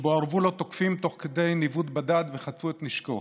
שבו ארבו לו תוקפים תוך כדי ניווט בדד וחטפו את נשקו.